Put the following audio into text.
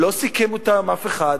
לא סיכם אותה עם אף אחד,